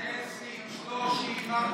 עשר, עשרים, שלושים, ארבעים.